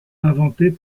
inventée